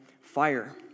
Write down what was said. fire